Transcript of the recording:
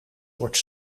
wordt